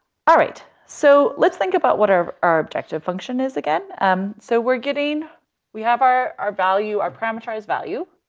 all right. so let's think about what our our objective function is again. um so we're getting we have our our value, our parameterized value.